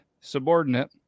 subordinate